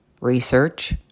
research